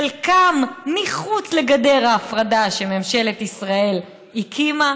חלקם מחוץ לגדר ההפרדה שממשלת ישראל הקימה.